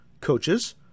coaches